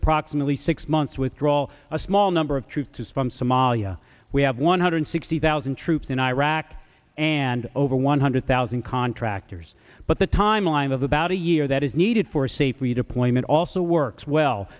approximately six months withdraw a small number of troops to spawn somalia we have one hundred sixty thousand troops in iraq and over one hundred thousand contractors but the timeline of about a year that is needed for safe redeployment also works well